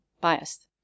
biased